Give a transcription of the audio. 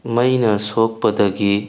ꯃꯩꯅ ꯁꯣꯛꯄꯗꯒꯤ